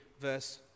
verse